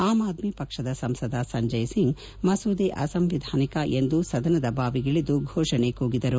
am Aadmi ಪಕ್ಷದ ಸಂಸದ ಸಂಜಯ್ ಸಿಂಗ್ ಮಸೂದೆ ಅಸಂವಿಧಾನಿಕ ಎಂದು ಸದನದ ಬಾವಿಗಿಳಿದು ಘೋಷಣೆ ಕೂಗಿದರು